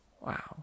wow